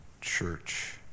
church